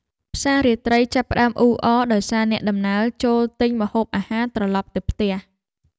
ផ្សាររាត្រីចាប់ផ្ដើមអ៊ូអរដោយសារអ្នកដំណើរចូលទិញម្ហូបអាហារត្រឡប់ទៅផ្ទះ។